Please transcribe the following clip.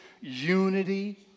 unity